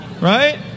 Right